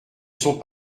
sont